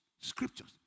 scriptures